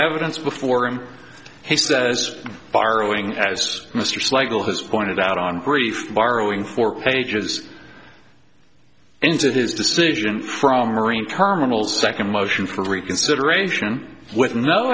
evidence before him he says borrowing as mr slagel has pointed out on brief borrowing four pages into his decision from marine terminals second motion for reconsideration with no